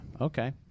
Okay